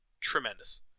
Tremendous